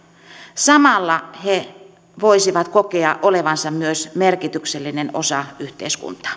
samalla he voisivat myös kokea olevansa merkityksellinen osa yhteiskuntaa